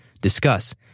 discuss